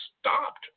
stopped